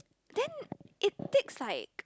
then it takes like